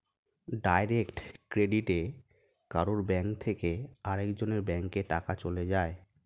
direct ক্রেডিটে কারুর bank থেকে আরেক জনের ব্যাংকে টাকা চলে যায়